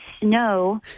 snow